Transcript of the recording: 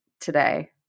today